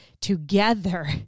together